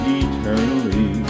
eternally